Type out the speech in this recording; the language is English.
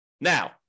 Now